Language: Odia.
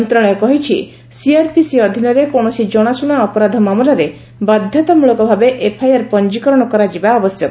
ମନ୍ତ୍ରଣାଳୟ କହିଛି ସିଆର୍ପିସି ଅଧୀନରେ କୌଶସି ଜଣାଶୁଣା ଅପରାଧ ମାମଲାରେ ବାଧ୍ୟତାମୂଳକ ଭାବେ ଏଫ୍ଆଇଆର୍ ପଞ୍ଜିକରଣ କରାଯିବା ଆବଶ୍ୟକ